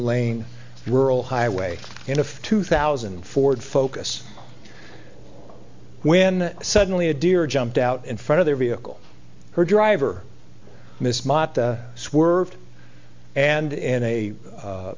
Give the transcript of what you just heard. lane rural highway in a two thousand ford focus when suddenly a deer jumped out in front of their vehicle her driver miss mott swerved and in a